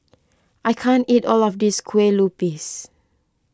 I can't eat all of this Kueh Lupis